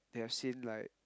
they have seen like